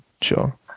Sure